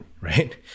right